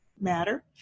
matter